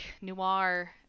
noir